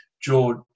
george